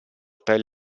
per